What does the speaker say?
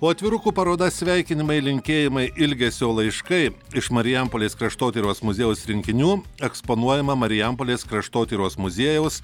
o atvirukų paroda sveikinimai linkėjimai ilgesio laiškai iš marijampolės kraštotyros muziejaus rinkinių eksponuojama marijampolės kraštotyros muziejaus